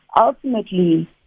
ultimately